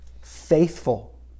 faithful